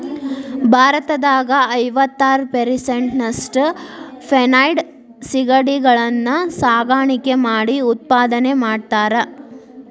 ಭಾರತದಾಗ ಐವತ್ತಾರ್ ಪೇರಿಸೆಂಟ್ನಷ್ಟ ಫೆನೈಡ್ ಸಿಗಡಿಗಳನ್ನ ಸಾಕಾಣಿಕೆ ಮಾಡಿ ಉತ್ಪಾದನೆ ಮಾಡ್ತಾರಾ